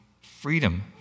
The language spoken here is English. freedom